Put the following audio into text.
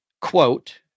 quote